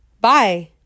Bye